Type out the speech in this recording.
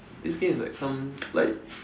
this game is like some like